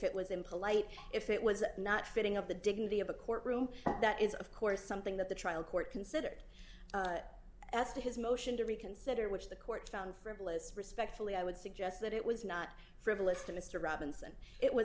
it was impolite if it was not fitting of the dignity of a courtroom that is of course something that the trial court considered as to his motion to reconsider which the court found frivolous respectfully i would suggest that it was not frivolous to mr robinson it was